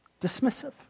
Dismissive